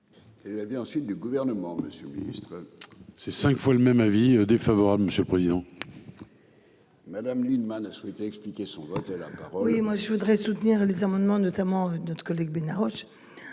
Elle avait ensuite du gouvernement, Monsieur le Ministre. C'est 5 fois le même avis défavorable, monsieur le président. Madame Lienemann a souhaité expliquer son vote là. Oui, moi je voudrais soutenir les amendements, notamment notre collègue Bennaoum.